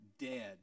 dead